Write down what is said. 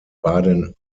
baden